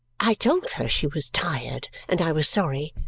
i told her she was tired, and i was sorry.